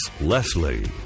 Leslie